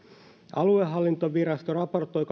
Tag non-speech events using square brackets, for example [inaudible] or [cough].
aluehallintovirasto raportoi [unintelligible]